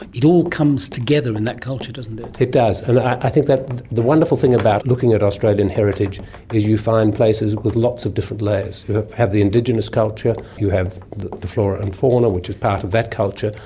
it all comes together in that culture, doesn't it. it does, and i think the wonderful thing about looking at australian heritage is you find places with lots of different layers. you have have the indigenous culture, you have the the flora and fauna which is part of that culture,